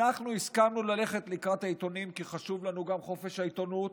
אנחנו הסכמנו ללכת לקראת העיתונים כי חשוב לנו גם חופש העיתונות,